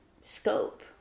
scope